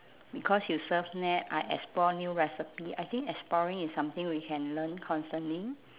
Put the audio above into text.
because you surf net I explore new recipe I think exploring is something we can learn constantly